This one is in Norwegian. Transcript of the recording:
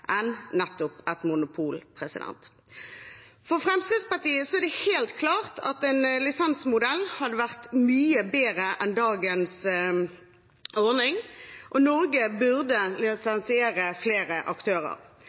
enn nettopp et monopol. For Fremskrittspartiet er det helt klart at en lisensmodell hadde vært mye bedre enn dagens ordning, og at Norge burde lisensiere flere aktører.